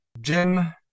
Jim